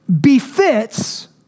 befits